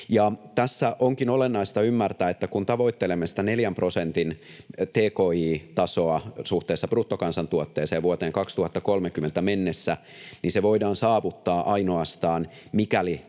Tässä onkin olennaista ymmärtää, että kun tavoittelemme sitä neljän prosentin tki-tasoa suhteessa bruttokansantuotteeseen vuoteen 2030 mennessä, niin se voidaan saavuttaa ainoastaan, mikäli